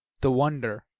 the wonder,